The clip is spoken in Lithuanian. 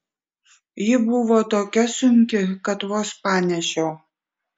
ji buvo tokia sunki kad vos panešiau